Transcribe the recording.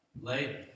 Later